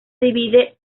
divide